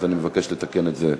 אז אני מבקש לתקן את זה.